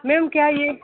ma'am क्या ये